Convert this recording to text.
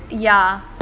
ya